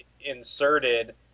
inserted